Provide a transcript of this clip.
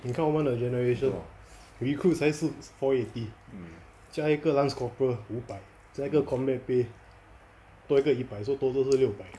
你看我们的 generation recruit 才四 four eighty 加一个 lance corporal 五百加一个 combat pay 多一个一百 so total 是六百